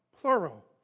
plural